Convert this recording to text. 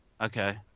Okay